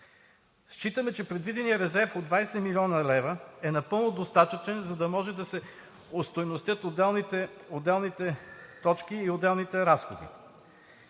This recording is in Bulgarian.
Считаме, че предвиденият резерв от 20 млн. лв. е напълно достатъчен, за да може да се остойностят отделните точки и отделните разходи.